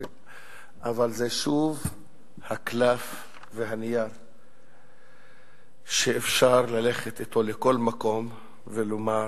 אבל זה שוב הקלף והנייר שאפשר ללכת אתו לכל מקום ולומר